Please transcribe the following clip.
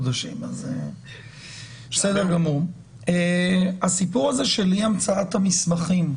הסיפור הזה של אי המצאת המסמכים,